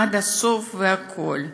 עד הסוף והכול,